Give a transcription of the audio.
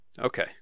okay